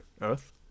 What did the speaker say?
Earth